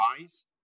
eyes